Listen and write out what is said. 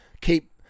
Keep